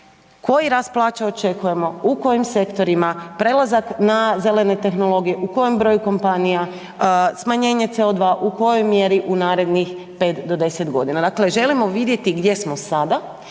Koji rast plaća očekujemo, u kojim sektorima, prelazak na zelene tehnologije, u koje broju kompanija, smanjenje CO2 u kojoj mjeri u narednih 5 do 10 godina? Dakle, želimo vidjeti gdje smo sada